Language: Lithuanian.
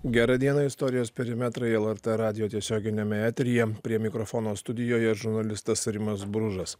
gerą dieną istorijos perimetrai lrt radijo tiesioginiame eteryje prie mikrofono studijoje žurnalistas rimas bružas